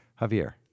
Javier